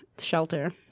shelter